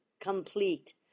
complete